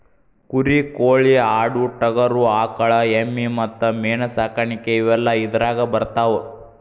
ಕುರಿ ಕೋಳಿ ಆಡು ಟಗರು ಆಕಳ ಎಮ್ಮಿ ಮತ್ತ ಮೇನ ಸಾಕಾಣಿಕೆ ಇವೆಲ್ಲ ಇದರಾಗ ಬರತಾವ